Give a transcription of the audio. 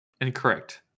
Incorrect